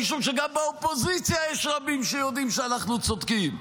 משום שגם באופוזיציה יש רבים שיודעים שאנחנו צודקים.